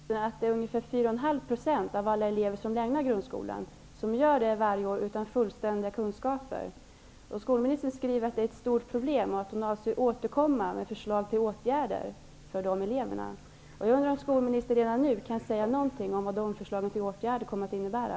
Herr talman! Jag har en fråga till skolminister Beatrice Ask om förslaget till ny läroplan för grundskolan. Ca 4,5 % av alla elever lämnar varje år grundskolan utan fullständiga kunskaper. Skolministern skriver att detta är ett stort problem och att man skall återkomma med förslag till åtgärder för dessa elever. Jag undrar om skolministern redan nu kan säga något om vad dessa förslag till åtgärder kommer att innebära.